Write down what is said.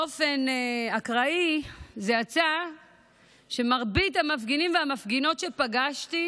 באופן אקראי יצא שמרבית המפגינים והמפגינות שפגשתי,